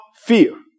fear